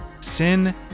Sin